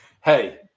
hey